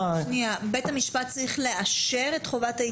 בית המשפט צריך לאשר את חובת ההתייצבות?